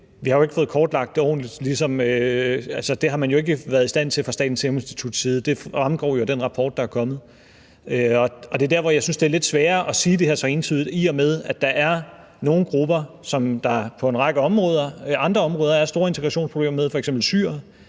vi har jo ikke fået kortlagt det ordentligt. Det har man jo ikke været i stand til fra Statens Serum Instituts side. Det fremgår jo af den rapport, der er kommet. Det er der, jeg synes, at det er lidt sværere at sige det her så entydigt, i og med at der er nogle grupper, som der på en række andre områder er store integrationsproblemer med, f.eks. syrere,